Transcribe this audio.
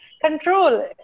control